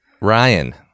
Ryan